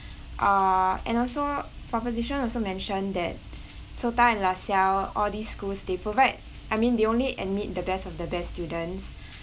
uh and also proposition also mention that SOTA and la salle all these schools they provide I mean they only admit the best of the best students